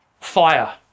Fire